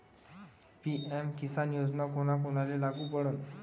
PM Kisan योजना कोना कोनाले लागू पडन?